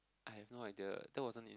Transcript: I have no idea that wasn't in